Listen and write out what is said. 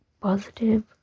positive